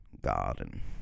garden